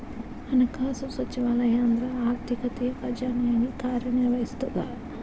ಹಣಕಾಸು ಸಚಿವಾಲಯ ಅಂದ್ರ ಆರ್ಥಿಕತೆಯ ಖಜಾನೆಯಾಗಿ ಕಾರ್ಯ ನಿರ್ವಹಿಸ್ತದ